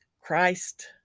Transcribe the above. Christ